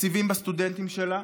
תקציבים בסטודנטים שלה,